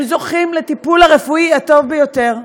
הם זוכים לטיפול הרפואי הטוב ביותר.